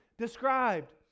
described